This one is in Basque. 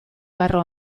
barru